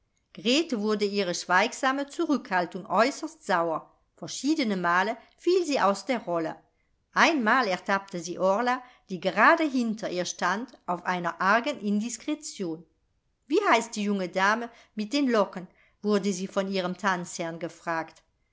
grete wurde ihre schweigsame zurückhaltung äußerst sauer verschiedene male fiel sie aus der rolle einmal ertappte sie orla die gerade hinter ihr stand auf einer argen indiskretion wie heißt die junge dame mit den locken wurde sie von ihrem tanzherrn gefragt